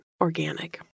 organic